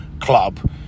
club